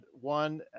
one